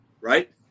right